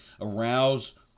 Arouse